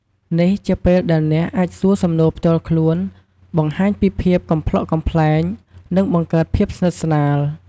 នេះជាពេលដែលអ្នកអាចសួរសំណួរផ្ទាល់ខ្លួន បង្ហាញពីភាពកំប្លុកកំប្លែង និងបង្កើតភាពស្និទ្ធស្នាល។